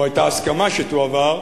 או היתה הסכמה שתועבר,